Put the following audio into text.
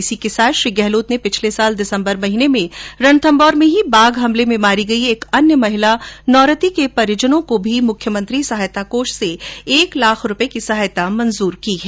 इसी के साथ श्री गहलोत ने पिछले साल दिसम्बर महीने में रणथंभौर में ही बाघ हमले में मारी गई एक अन्य महिला नौरथी के परिजनों को भी मुख्यमंत्री सहायता कोष से एक लाख रुपए की सहायता मंजूर की है